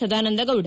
Sadananda Gowda